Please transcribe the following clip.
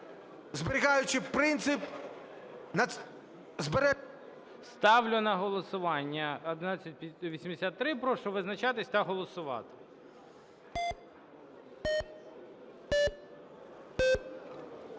зберігаючи принцип… ГОЛОВУЮЧИЙ. Ставлю на голосування 1183. Прошу визначатись та голосувати.